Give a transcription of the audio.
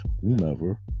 whomever